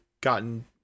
gotten